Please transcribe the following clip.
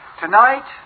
Tonight